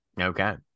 Okay